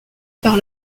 par